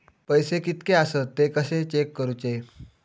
पैसे कीतके आसत ते कशे चेक करूचे?